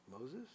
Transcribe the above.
Moses